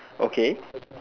okay